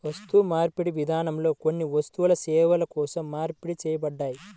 వస్తుమార్పిడి విధానంలో కొన్ని వస్తువులు సేవల కోసం మార్పిడి చేయబడ్డాయి